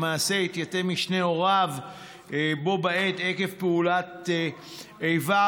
למעשה התייתם משני הוריו בה בעת עקב פעולת איבה,